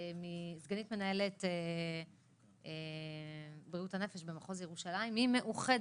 סגנית מנהלת בריאות הנפש במחוז ירושלים ממאוחדת,